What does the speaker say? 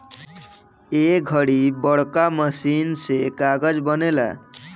ए घड़ी बड़का मशीन से कागज़ बनेला